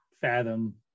fathom